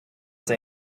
they